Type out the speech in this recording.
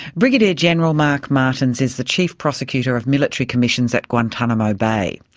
brigadier general mark martins is the chief prosecutor of military commissions at guantanamo bay.